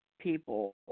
people